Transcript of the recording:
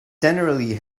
generally